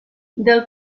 del